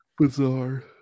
Bizarre